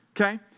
okay